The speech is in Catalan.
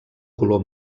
color